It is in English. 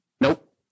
Nope